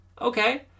okay